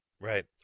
Right